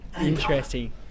Interesting